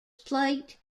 plate